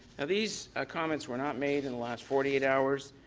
and these comments were not made in the last forty eight hours,